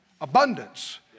Abundance